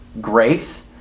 grace